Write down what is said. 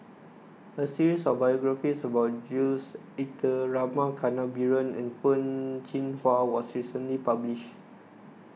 a series of biographies about Jules Itier Rama Kannabiran and Peh Chin Hua was recently published